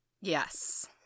Yes